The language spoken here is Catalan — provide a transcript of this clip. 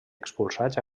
expulsats